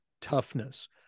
toughness